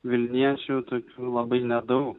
vilniečių tokių labai nedaug